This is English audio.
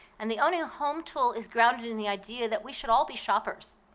and the owning a home tool is grounded in the idea that we should all be shoppers,